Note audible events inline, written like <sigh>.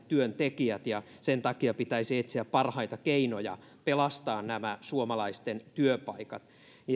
<unintelligible> työntekijät ja sen takia pitäisi etsiä parhaita keinoja pelastaa suomalaisten työpaikat